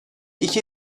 iki